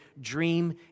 dream